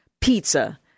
pizza